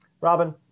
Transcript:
Robin